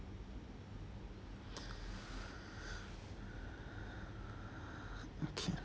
okay